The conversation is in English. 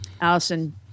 Allison